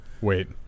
Wait